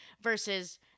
versus